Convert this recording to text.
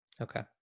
Okay